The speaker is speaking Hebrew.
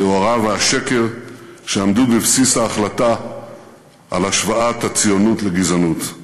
היוהרה והשקר שעמדו בבסיס ההחלטה על השוואת הציונות לגזענות.